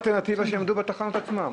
האלטרנטיבה היא שהן יעמדו בתחנות עצמן,